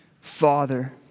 Father